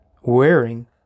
wearing